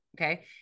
Okay